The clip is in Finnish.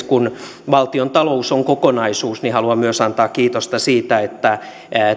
kun valtiontalous on kokonaisuus niin haluan myös antaa kiitosta siitä että